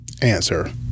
Answer